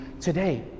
today